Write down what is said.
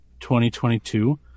2022